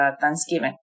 Thanksgiving